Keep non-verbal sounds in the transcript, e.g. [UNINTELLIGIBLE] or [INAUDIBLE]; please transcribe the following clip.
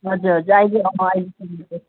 हजुर [UNINTELLIGIBLE]